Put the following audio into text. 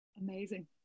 Amazing